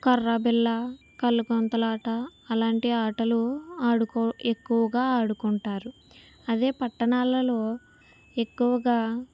కర్ర బిల్లా కల్ల గుంతలాట అలాంటి ఆటలు ఆడుకో ఎక్కువగా ఆడుకుంటారు అదే పట్టణాలలో ఎక్కువగా